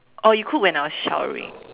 oh you cook when I was showering